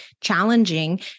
challenging